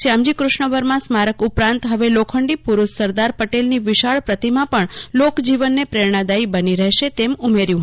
શ્યામજી ક્રષ્ણવર્મા સ્મારક ઉપરાંત હવે લોખંડી પુરૂષ સરદાર પટેલની વિશાળ પ્રતિમા પણ લોકજીવનને પ્રેરણાદાથી બની રહેશે તેમ ઉમેર્યું હતું